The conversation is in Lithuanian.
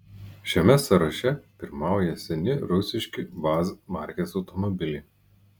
šiame sąraše pirmauja seni rusiški vaz markės automobiliai